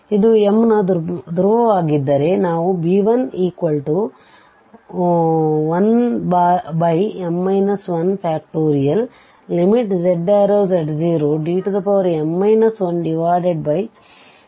ಇದು m ನ ಧ್ರುವವಾಗಿದ್ದರೆ ನಾವು b11m 1